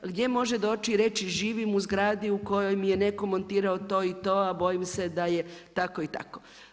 Gdje može doći i reći živim u zgradi u kojoj mi je netko montirao to i to, a bojim se da je tako i tako.